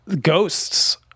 Ghosts